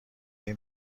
این